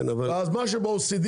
אז מה שטוב ב-OECD